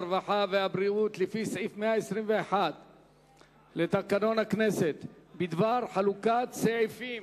הרווחה והבריאות לפי סעיף 121 לתקנון הכנסת בדבר חלוקת סעיפים